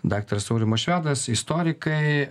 daktaras aurimas švedas istorikai